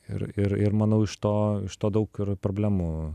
ir ir ir manau iš to iš to daug problemų